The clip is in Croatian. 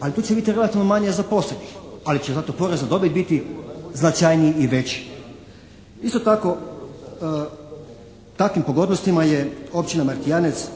Ali tu će biti relativno manje zaposlenih ali će zato porez na dobit biti značajniji i veći. Isto tako, takvim pogodnostima je općina Martijanec